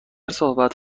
صحبت